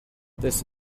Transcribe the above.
this